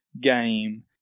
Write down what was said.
game